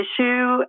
issue